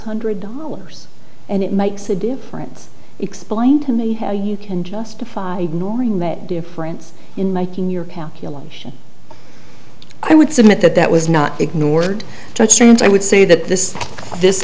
hundred dollars and it makes a difference explained to me how you can justify nori met difference in making your calculation i would submit that that was not ignored and i would say that this this